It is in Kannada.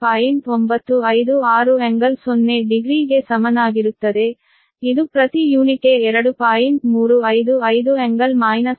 956∟00 ಗೆ ಸಮನಾಗಿರುತ್ತದೆ ಇದು ಪ್ರತಿ ಯೂನಿಟ್ಗೆ 2